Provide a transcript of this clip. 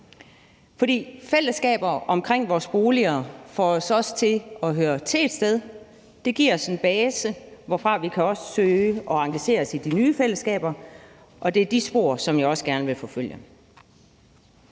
For fællesskaber omkring vores boliger får os også til at høre til et sted. Det giver os en base, hvorfra vi kan opsøge og engagere os i de nye fællesskaber, og det er de spor, som jeg også gerne vil forfølge.